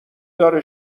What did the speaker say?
داره